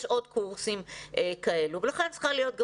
יש עוד קורסים כאלו ולכן צריכה להיות גם